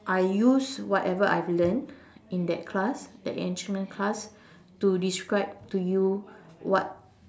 I use whatever I've learnt in that class that enrichment class to describe to you what